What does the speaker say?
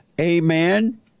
amen